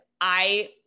I-